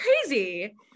crazy